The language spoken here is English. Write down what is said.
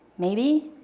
maybe,